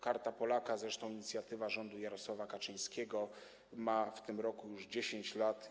Karta Polaka, zresztą to inicjatywa rządu Jarosława Kaczyńskiego, ma w tym roku już 10 lat.